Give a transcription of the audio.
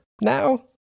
now